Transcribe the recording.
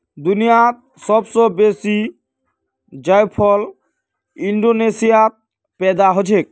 दुनियात सब स बेसी जायफल इंडोनेशियात पैदा हछेक